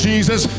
Jesus